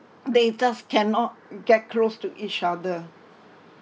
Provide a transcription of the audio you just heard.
they just cannot get close to each other